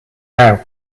now